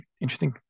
interesting